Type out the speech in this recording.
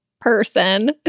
person